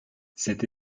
cette